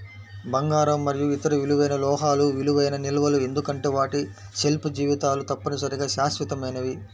బంగారం మరియు ఇతర విలువైన లోహాలు విలువైన నిల్వలు ఎందుకంటే వాటి షెల్ఫ్ జీవితాలు తప్పనిసరిగా శాశ్వతమైనవి